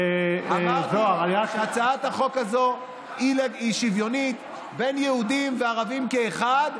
אמרתי שהצעת החוק הזאת היא שוויונית בין יהודים וערבים כאחד,